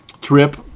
trip